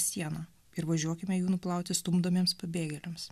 siena ir važiuokime jų nuplauti stumdomiems pabėgėliams